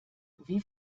wie